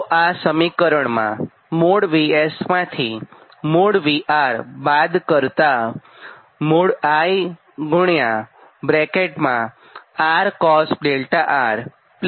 તો આ સમીકરણમાં |VS| માથી |VR| બાદ કરતાં |I| R cos 𝛿R X sin 𝛿R મળે